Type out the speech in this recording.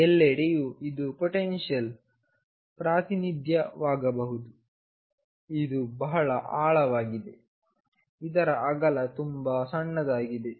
ಎಲ್ಲೆಡೆಯೂ ಇದು ಪೊಟೆನ್ಶಿಯಲ್ನ ಪ್ರಾತಿನಿಧ್ಯವಾಗಬಹುದು ಇದು ಬಹಳ ಆಳವಾಗಿದೆ ಇದರ ಅಗಲ ತುಂಬಾ ಸಣ್ಣದಾಗಿದೆ